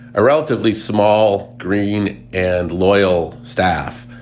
a relatively small, green and loyal staff.